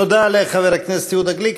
תודה לחבר הכנסת יהודה גליק.